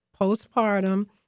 postpartum